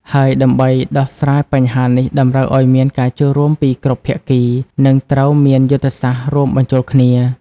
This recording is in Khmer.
ហើយដើម្បី ដោះស្រាយបញ្ហានេះតម្រូវឱ្យមានការចូលរួមពីគ្រប់ភាគី និងត្រូវមានយុទ្ធសាស្ត្ររួមបញ្ចូលគ្នា។